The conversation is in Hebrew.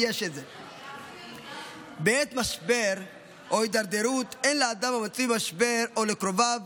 בעת משבר או הידרדרות אין לאדם המצוי במשבר או לקרוביו